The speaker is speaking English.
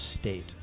state